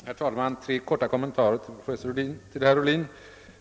Herr talman! Tre korta kommentarer till professor Ohlin.